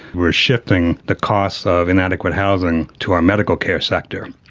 we are shifting the costs of inadequate housing to our medical care sector.